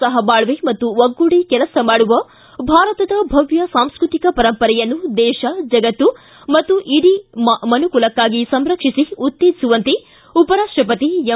ಸಹಬಾಳ್ವೆ ಮತ್ತು ಒಗ್ಗೂಡಿ ಕೆಲಸ ಮಾಡುವ ಭಾರತದ ಭವ್ಯ ಸಾಂಸ್ಕೃತಿಕ ಪರಂಪರೆಯನ್ನು ದೇಶ ಜಗತ್ತು ಮತ್ತು ಇಡೀ ಮನುಕುಲಕ್ಕಾಗಿ ಸಂರಕ್ಷಿಸಿ ಉತ್ತೇಜಿಸುವಂತೆ ಉಪರಾಷ್ಟಪತಿ ಎಂ